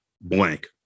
blank